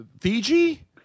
Fiji